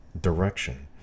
direction